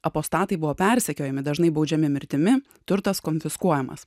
apostatai buvo persekiojami dažnai baudžiami mirtimi turtas konfiskuojamas